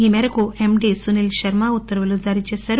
ఈ మేరకు ఎండీ సునీల్ శర్మ ఉత్తర్వులు జారీ చేశారు